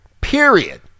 Period